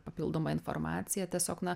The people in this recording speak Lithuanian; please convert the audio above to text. papildomą informaciją tiesiog na